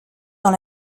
dans